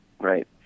right